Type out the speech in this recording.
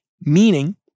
Meaning